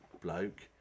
bloke